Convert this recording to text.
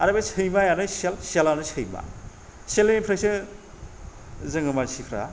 आरो बे सैमायानो सियाल सियालानो सैमा सियालनिफ्रायसो जोङो मानसिफ्रा